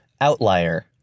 outlier